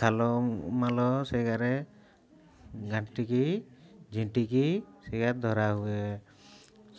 ଖାଲ ମାଲ ସେଗାରେ ଘାଣ୍ଟିକି ଝିଣ୍ଟିକି ଧରା ହୁଏ